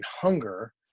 hunger